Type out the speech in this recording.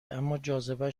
اماجاذبه